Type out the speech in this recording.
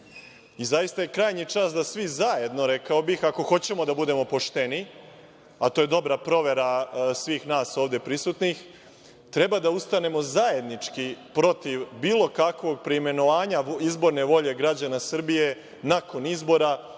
Zaista je krajnji čas da svi zajedno, rekao bih, ako hoćemo da budemo pošteni, a to je dobra provera svih nas ovde prisutnih, treba da ustanemo zajednički protiv bilo kakvog preimenovanja izborne volje građana Srbije nakon izbora,